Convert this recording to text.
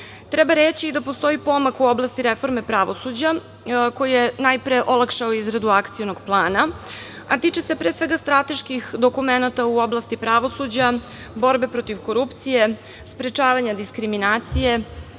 reći da postoji pomak u oblasti reforme pravosuđa, koji je najpre olakšao izradu Akcionog plana, a tiče se, pre svega, strateških dokumenata u oblasti pravosuđa, borbe protiv korupcije, sprečavanja diskriminacije,